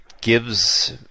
gives